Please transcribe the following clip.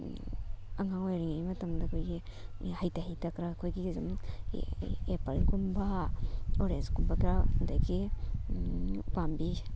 ꯑꯉꯥꯡ ꯑꯣꯏꯔꯤꯉꯩ ꯃꯇꯝꯗ ꯑꯩꯈꯣꯏꯒꯤ ꯍꯩꯇ ꯍꯩꯇ ꯈꯔ ꯑꯩꯈꯣꯏꯒꯤ ꯁꯨꯝ ꯑꯦꯄꯜꯒꯨꯝꯕ ꯑꯣꯔꯦꯟꯖꯀꯨꯝꯕ ꯈꯔ ꯑꯗꯒꯤ ꯎꯄꯥꯝꯕꯤ